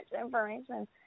information